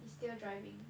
he's still driving